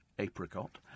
apricot